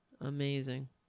Amazing